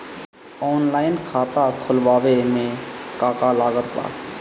Online खाता खुलवावे मे का का लागत बा?